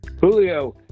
Julio